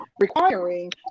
requiring